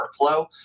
workflow